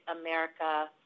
America